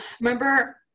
remember